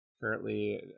currently